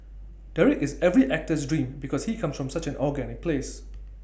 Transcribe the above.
Derek is every actor's dream because he comes from such an organic place